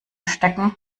stecken